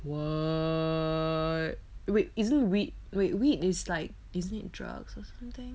what uh wait isn't weed wait weed is like isn't it drugs or something